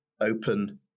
open